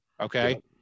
Okay